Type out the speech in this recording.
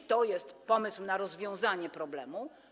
Czy to jest pomysł na rozwiązanie problemu?